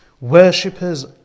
Worshippers